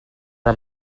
are